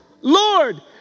Lord